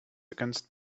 against